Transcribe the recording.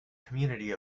community